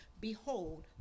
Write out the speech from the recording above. behold